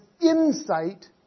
insight